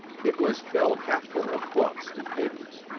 it was filled half full of books and papers,